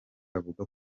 avuga